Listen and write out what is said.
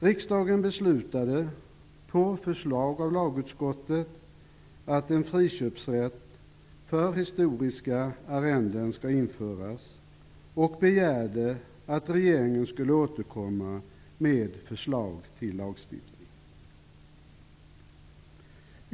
Riksdagen beslutade, på förslag av lagutskottet, att en friköpsrätt för historiska arrenden skulle införas och begärde att regeringen skulle återkomma med förslag till lagstiftning.